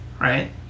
Right